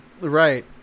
Right